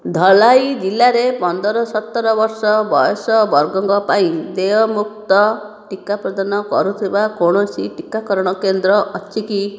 ଧଲାଈ ଜିଲ୍ଲାରେ ପନ୍ଦର ସତର ବର୍ଷ ବୟସ ବର୍ଗଙ୍କ ପାଇଁ ଦେୟମୁକ୍ତ ଟିକା ପ୍ରଦାନ କରୁଥିବା କୌଣସି ଟିକାକରଣ କେନ୍ଦ୍ର ଅଛି କି